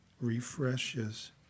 refreshes